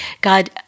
God